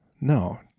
No